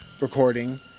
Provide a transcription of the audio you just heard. recording